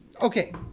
Okay